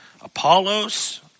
Apollos